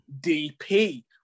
DP